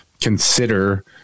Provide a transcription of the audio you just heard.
consider